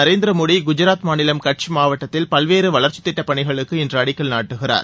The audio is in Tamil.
நரேந்திர மோடி குஜராத் மாநிலம் கட்ச் மாவட்டத்தில் பல்வேறு வளர்ச்சித் திட்டப் பணிகளுக்கு இன்று அடிக்கல் நாட்டுகிறார்